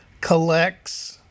collects